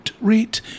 rate